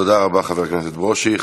תודה רבה, חבר הכנסת ברושי.